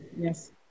Yes